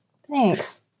Thanks